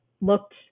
looked